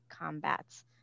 combats